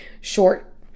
short